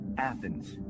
Athens